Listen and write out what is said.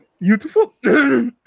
beautiful